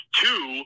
two